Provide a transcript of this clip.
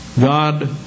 God